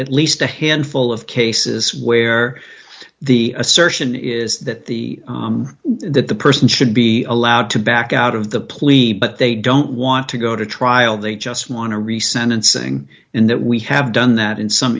at least a handful of cases where the assertion is that the that the person should be allowed to back out of the plea but they don't want to go to trial they just want to resign and saying and that we have done that in some